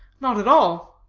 not at all.